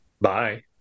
Bye